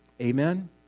Amen